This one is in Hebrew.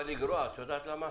את באה לגרוע, את יודעת למה?